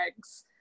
eggs